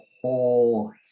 whole